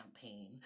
campaign